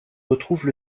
retrouvent